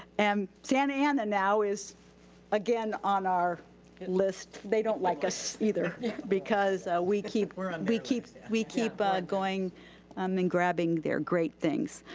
and santa ana now is again on our list. they don't like us either because we keep, ah we keep we keep ah going um and grabbing their great things.